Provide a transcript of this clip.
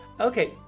Okay